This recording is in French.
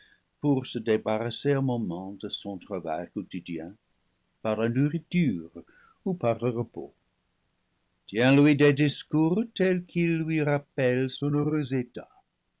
pour se débarrasser un moment de son tra vail quotidien par la nourriture ou par le repos tiens lui des discours tels qu'ils lui rappellent son heureux état